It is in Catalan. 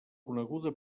coneguda